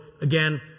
again